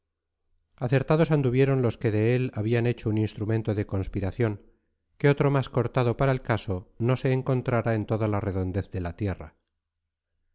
acertados anduvieron los que de él habían hecho un instrumento de conspiración que otro más cortado para el caso no se encontrara en toda la redondez de la tierra